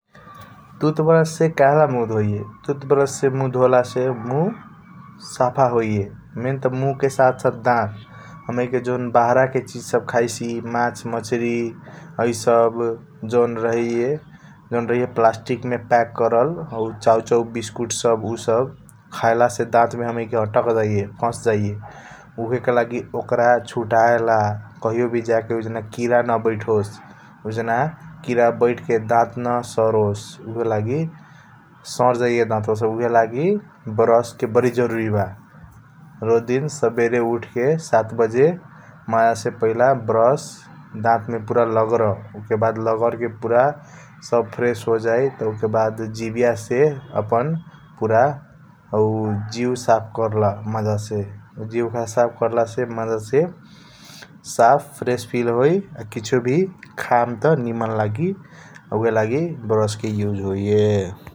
टूट ब्रश से कहेला मुह ढोईया टूट ब्रश से मुह डॉयल से मुह साफ होई या मेन त मुह के साथ साथ दात । हमैके जॉन बाहर के चीज सब खाईसी मास मसरी हैसब जॉन रहैया पसलतिक मे पैक कार्ल हु चाउ चाउ बसिकुत सब । उसब खेल से हमैके दात मे आटक जाइया फस जाइया उहे के लागि ओकर सुतयाल कहियों वी जाके उजना कीर न बैठोस । उजान कीर बैठ के दात न सरोस सर जाइया दात वा सब ऊहएलगी ब्रश के बारी जरूरी रोज दिन सबेरे उठ के सात बजे मज़ा से । पहिला ब्रश दात मे पूरा लगर दात मे लगर के पूरा सब फ्रेश होजई उके बाद जीबीय से अपना पूरा हु जि सफ कार्ल जि साफ कार्ल से मज़ा से फ्रेश फ़ील होई । किसियों वी कहां त निमन लागैया ऊहएलगी ब्रश के उसए होइया ।